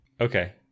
Okay